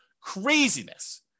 Craziness